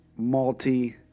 malty